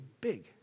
big